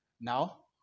now